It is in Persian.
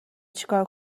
چیکار